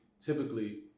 typically